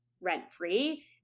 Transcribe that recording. rent-free